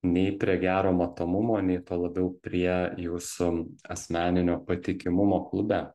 nei prie gero matomumo nei tuo labiau prie jūsų asmeninio patikimumo klube